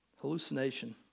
Hallucination